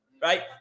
right